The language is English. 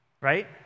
Right